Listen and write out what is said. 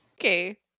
Okay